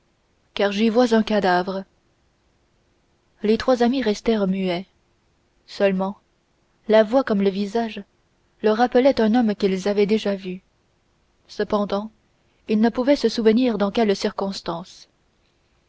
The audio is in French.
car j'y vois un cadavre les trois amis restèrent muets seulement la voix comme le visage leur rappelait un homme qu'ils avaient déjà vu cependant ils ne pouvaient se souvenir dans quelles circonstances